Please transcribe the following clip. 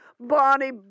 Bonnie